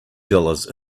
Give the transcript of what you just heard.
dollars